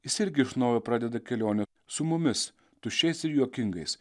jis irgi iš naujo pradeda kelionę su mumis tuščiais ir juokingais